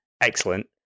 excellent